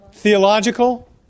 Theological